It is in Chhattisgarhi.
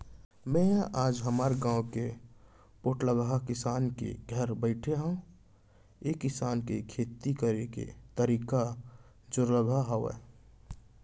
मेंहा आज हमर गाँव के पोठलगहा किसान के घर बइठे हँव ऐ किसान के खेती करे के तरीका जोरलगहा हावय